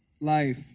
Life